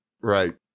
Right